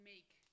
make